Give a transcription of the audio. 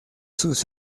sus